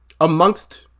amongst